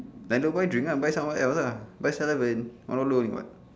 then don't buy drink ah buy somewhere else ah buy seven eleven one dollar only [what]